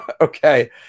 Okay